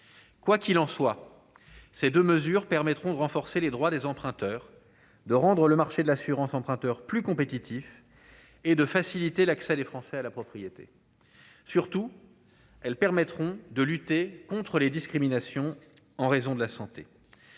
quoi qu'il en soit, ces 2 mesures permettront de renforcer les droits des emprunteurs de rendre le marché de l'assurance emprunteur plus compétitifs et de faciliter l'accès des Français à la propriété, surtout, elles permettront de lutter contre les discriminations en raison de la santé,